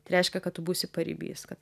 tai reiškia kad tu būsi paribys kad